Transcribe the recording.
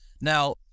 Now